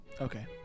Okay